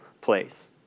place